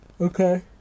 Okay